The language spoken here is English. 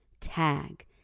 tag